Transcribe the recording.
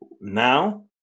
now